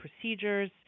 procedures